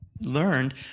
learned